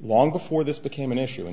long before this became an issue